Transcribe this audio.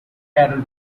carol